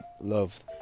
love